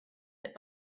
that